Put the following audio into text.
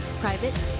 Private